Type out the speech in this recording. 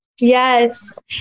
Yes